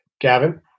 Gavin